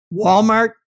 Walmart